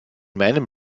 meinem